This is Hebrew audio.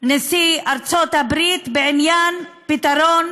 נשיא ארצות הברית, בעניין פתרון